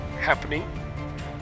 happening